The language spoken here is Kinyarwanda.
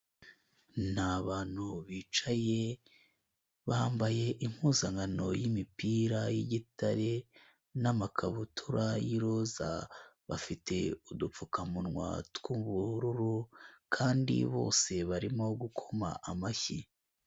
Ni abantu bicaye bambaye impuzankano y'imipira y'igitare n'amakabutura y'iroza, bafite udupfukamunwa tw'ubururu kandi bose barimo gukoma amashyi.